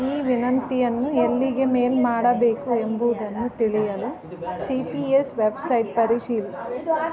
ಈ ವಿನಂತಿಯನ್ನು ಎಲ್ಲಿಗೆ ಮೇಲ್ ಮಾಡಬೇಕು ಎಂಬುದನ್ನು ತಿಳಿಯಲು ಸಿ ಪಿ ಎಸ್ ವೆಬ್ಸೈಟ್ ಪರಿಶೀಲಿಸಿ